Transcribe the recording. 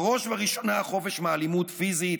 ובראש ובראשונה, חופש מאלימות פיזית,